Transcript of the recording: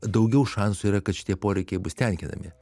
daugiau šansų yra kad šitie poreikiai bus tenkinami